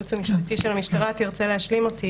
מהייעוץ המשפטי של המשטרה תרצה להשלים אותי,